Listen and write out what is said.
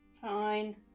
Fine